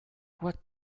what